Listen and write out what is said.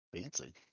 Fancy